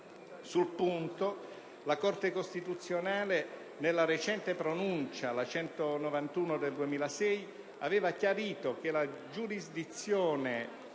Sul punto la Corte costituzionale, nella recente pronuncia n. 191 del 2006, aveva chiarito che la giurisdizione